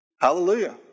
Hallelujah